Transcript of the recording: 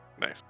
Nice